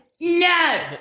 no